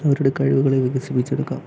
അവരുടെ കഴിവുകളെ വികസിപ്പിച്ച് എടുക്കാം